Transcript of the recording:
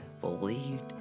believed